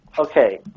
Okay